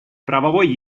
правовой